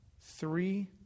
three